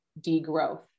degrowth